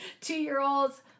two-year-olds